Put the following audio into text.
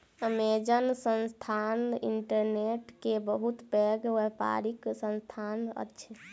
Amazon संस्थान internet के बहुत पैघ व्यापारिक संस्थान अछि